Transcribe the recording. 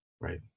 Right